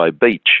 Beach